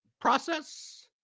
process